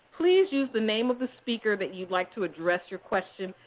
please use the name of the speaker that you'd like to address your question,